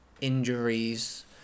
injuries